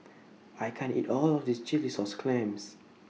I can't eat All of This Chilli Sauce Clams